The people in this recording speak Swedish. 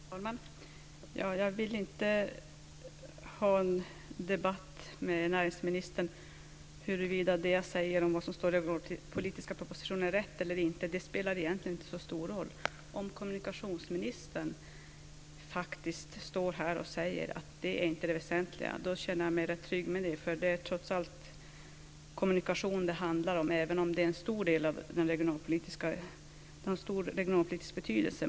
Fru talman! Jag vill inte ha en debatt med näringsministern om huruvida det jag säger om vad som står i den regionalpolitiska propositionen är rätt eller inte. Det spelar egentligen inte så stor roll. Om kommunikationsministern står här och säger att detta inte är det väsentliga känner jag mig rätt trygg med det. Det är trots allt kommunikation det handlar om, även om det har stor regionalpolitisk betydelse.